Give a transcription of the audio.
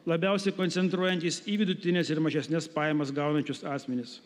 labiausiai koncentruojantis į vidutines ir mažesnes pajamas gaunančius asmenis